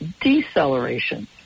deceleration